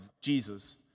Jesus